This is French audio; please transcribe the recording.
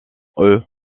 eux